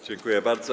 Dziękuję bardzo.